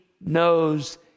knows